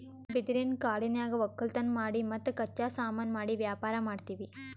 ಬಿದಿರಿನ್ ಕಾಡನ್ಯಾಗ್ ವಕ್ಕಲತನ್ ಮಾಡಿ ಮತ್ತ್ ಕಚ್ಚಾ ಸಾಮಾನು ಮಾಡಿ ವ್ಯಾಪಾರ್ ಮಾಡ್ತೀವಿ